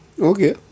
okay